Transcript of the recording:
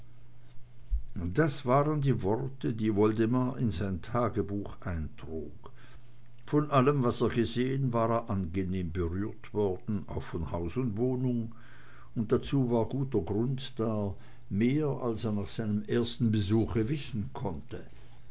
das waren die worte die woldemar in sein tagebuch eintrug von allem was er gesehen war er angenehm berührt worden auch von haus und wohnung und dazu war guter grund da mehr als er nach seinem ersten besuche wissen konnte